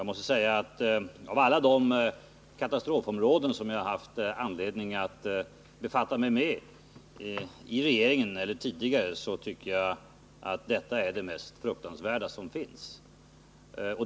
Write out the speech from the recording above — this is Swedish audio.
Jag måste säga att av alla de katastrofsituationer som jag har haft anledning att befatta mig med i regeringen eller tidigare tycker jag att denna är det mest fruktansvärda.